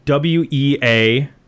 WEA